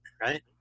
right